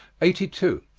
eighty two.